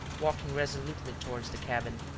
walking resolutely towards the cabin.